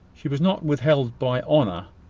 she was not withheld by honour,